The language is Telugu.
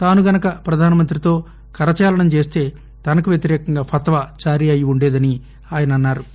తాను గనక ప్రధానమంత్రితో కరదాలనం చేస్తే తనకు వ్యతిరేకంగా ఫత్వా జారీ అయి ఉండేదని ఆయన అన్నా రు